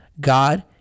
God